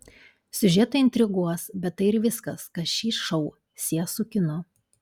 siužetai intriguos bet tai ir viskas kas šį šou sies su kinu